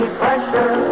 pressure